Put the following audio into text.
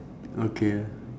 okay ah